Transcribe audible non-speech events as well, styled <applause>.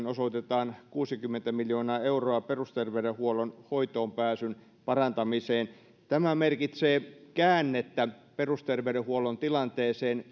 <unintelligible> osoitetaan kuusikymmentä miljoonaa euroa perusterveydenhuollon hoitoonpääsyn parantamiseen tämä merkitsee käännettä perusterveydenhuollon tilanteeseen <unintelligible>